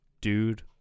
dude